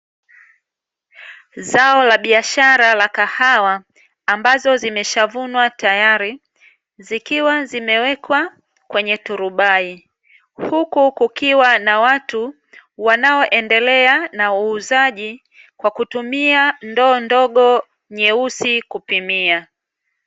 Zao la biashara la kahawa ambazo zimeshavunwa tayari zikiwa zimewekwa kwenye turubai, huku kukiwa na watu wanaoendelea na uuzaji, kwa kutumia ndoo ndogo nyeusi kupimia.